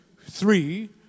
three